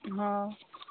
हॅं